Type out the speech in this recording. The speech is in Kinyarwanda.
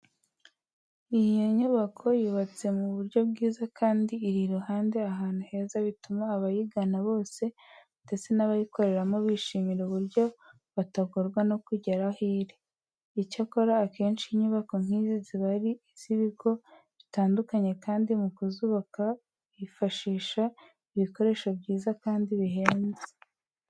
Iyo inyubako yubatse mu buryo bwiza kandi iri n'ahantu heza bituma abayigana bose ndetse n'abayikoreramo bishimira uburyo batagorwa no kugera aho iri. Icyakora akenshi inyubako nk'izi ziba ari iz'ibigo bitandukanye kandi mu kuzubaka bifashisha ibikoresho byiza kandi bihenze.